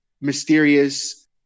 mysterious